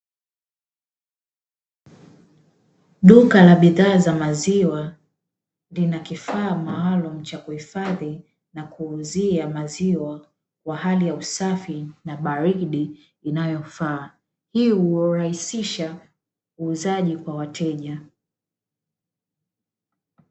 Duka la bidhaa za maziwa linakifaa maalumu cha kuhifadhi na kuuzia maziwa kwa hali ya usafi na baridi inayofaa. Hii hurahisisha uuzaji kwa wateja.